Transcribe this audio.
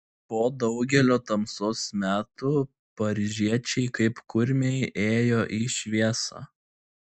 po daugelio tamsos metų paryžiečiai kaip kurmiai ėjo į šviesą